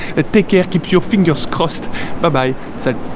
take care. keep your fingers crossed bye bye said